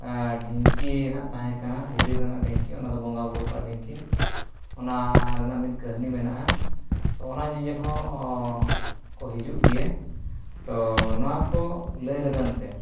ᱰᱷᱤᱝᱠᱤ ᱱᱟᱦᱟᱜ ᱛᱟᱦᱮᱸ ᱠᱟᱱᱟ ᱰᱷᱤᱝᱠᱤ ᱫᱷᱤᱨᱤ ᱨᱮᱱᱟᱜ ᱰᱷᱤᱝᱠᱤ ᱚᱱᱟᱫᱚ ᱵᱚᱸᱜᱟᱼᱵᱩᱨᱩ ᱠᱚᱣᱟᱜ ᱰᱷᱤᱝᱠᱤ ᱚᱱᱟ ᱨᱮᱱᱟᱜ ᱢᱤᱫ ᱠᱟᱹᱦᱱᱤ ᱢᱮᱱᱟᱜᱼᱟ ᱛᱚ ᱚᱱᱟ ᱧᱮᱧᱮᱞ ᱦᱚᱸᱠᱚ ᱦᱤᱡᱩᱜ ᱜᱮᱭᱟ ᱛᱚ ᱱᱚᱣᱟ ᱠᱚ ᱞᱟᱹᱭ ᱞᱟᱹᱜᱤᱫᱼᱛᱮ